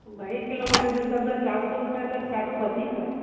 भई हिकु किलोमीटर जे हिसाब सां त चारि सौ रुपिया ॾाढो वधीक आहे